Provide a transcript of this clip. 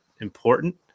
important